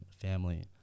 family